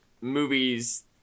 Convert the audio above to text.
movies